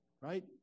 right